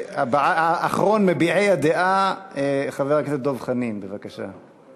אחרון מביעי הדעה, חבר הכנסת דב חנין, בבקשה.